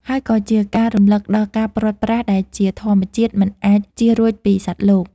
ហើយក៏ជាការរំលឹកដល់ការព្រាត់ប្រាសដែលជាធម្មជាតិមិនអាចចៀសរួចនៃសត្វលោក។